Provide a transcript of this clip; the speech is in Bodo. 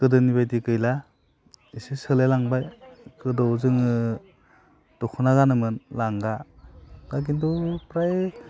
गोदोनिबायदि गैला एसे सोलायलांबाय गोदो जोङो दख'ना गानोमोन लांगा दा खिन्थु फ्राय